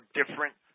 different